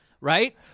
right